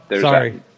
Sorry